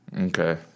Okay